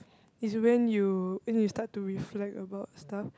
it's when you it is start to reflect about stuff